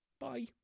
Bye